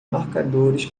marcadores